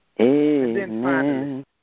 Amen